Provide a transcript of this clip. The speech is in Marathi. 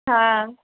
हां